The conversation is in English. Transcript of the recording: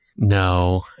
no